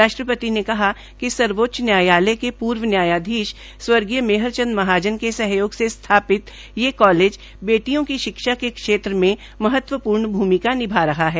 राष्ट्रपति ने कहा कि सर्वोच्च न्यायालय के पूर्व न्यायाधीश स्वर्गीय मेहरचंद महाजन के सहयोग से स्थापित यह कालेज बेटियों की शिक्षा के क्षेत्रमें महत्वपूर्ण भूमिका निभा रहे है